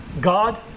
God